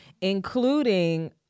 including